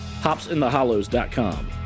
HopsInTheHollows.com